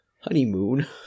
...honeymoon